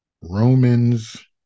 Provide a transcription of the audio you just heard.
Romans